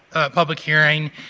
public hearing,